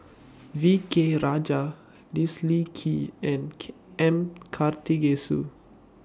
V K Rajah Leslie Kee and M Karthigesu